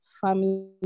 family